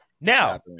Now